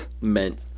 meant